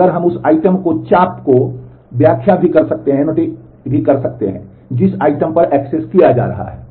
और हम उस आइटम द्वारा चाप को व्याख्या किया जा रहा है